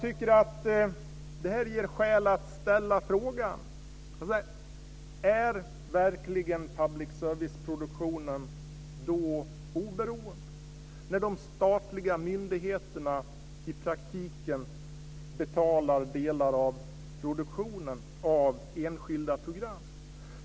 Det ger skäl att ställa frågan: Är verkligen public service-produktionen oberoende när de statliga myndigheterna i praktiken betalar delar av produktionen av enskilda program?